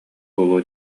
буолуо